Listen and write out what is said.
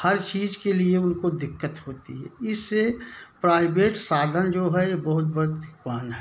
हर चीज़ के लिए उनको दिक्कत होती है इससे प्राइवेट साधन जो हैं बहुत बड़ धीवान हैं